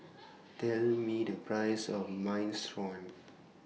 Tell Me The Price of Minestrone